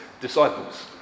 disciples